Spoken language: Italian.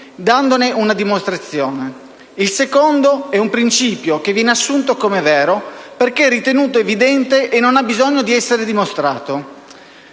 dandone una dimostrazione; il secondo è un principio che viene assunto come vero perché ritenuto evidente e non ha bisogno di essere dimostrato.